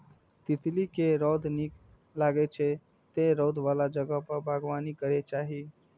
तितली कें रौद नीक लागै छै, तें रौद बला जगह पर बागबानी करैके चाही